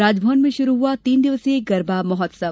राजभवन में शुरू हुआ तीन दिवसीय गरबा महोत्सव